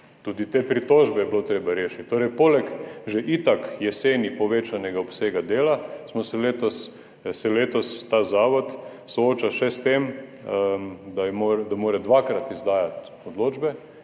Tudi te pritožbe je bilo treba rešiti. Torej, poleg že itak jeseni povečanega obsega dela se letos ta zavod sooča še s tem, da mora dvakrat izdajati odločbe